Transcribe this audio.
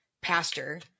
pastor